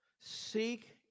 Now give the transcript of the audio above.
Seek